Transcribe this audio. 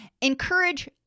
Encourage